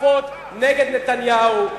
התקפות נגד נתניהו,